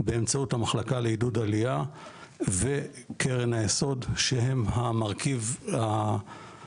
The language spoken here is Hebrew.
באמצעות המחלקה לעידוד עלייה וקרן היסוד שהם המרכיב הבסיסי.